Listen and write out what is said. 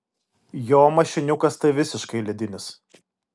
jo mašiniukas tai visiškai ledinis